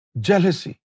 Jealousy